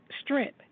strength